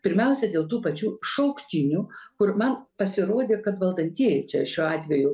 pirmiausia dėl tų pačių šauktinių kur man pasirodė kad valdantieji čia šiuo atveju